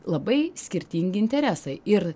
labai skirtingi interesai ir